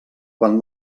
quan